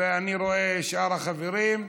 ואני רואה, שאר החברים,